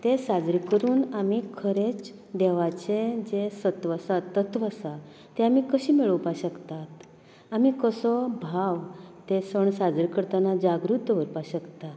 ते साजरे करून आमी खरेंच देवाचें जें सत्व आसा तत्व आसा तें आमी कशें मेळोवपाक शकता आमी कसो भाव तें सण साजरे करतना जागृत दवरपाक शकता